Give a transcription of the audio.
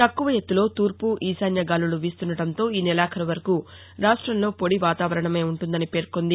తక్కువ ఎత్తులో తూర్పు ఈశాన్య గాలులు వీస్తుండడంతో ఈ నెలాఖరు వరకు రాష్టంలో పొడి వాతావరణమే ఉంటుందని పేర్కొంది